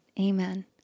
Amen